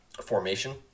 formation